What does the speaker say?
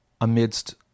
amidst